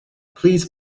please